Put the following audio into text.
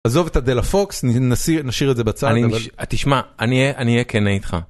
עזוב את הדלה פוקס נשאיר את זה בצד. תשמע אני אהיה אני אהיה כנה איתך.